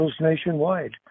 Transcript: nationwide